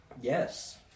Yes